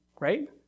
right